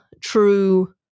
true